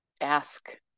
ask